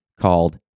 called